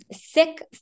sick